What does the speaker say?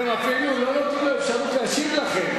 אתם לא נותנים לו אפשרות להשיב לכם.